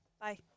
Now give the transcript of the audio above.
Bye